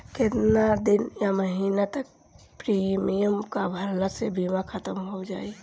केतना दिन या महीना तक प्रीमियम ना भरला से बीमा ख़तम हो जायी?